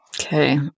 Okay